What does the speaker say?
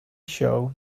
show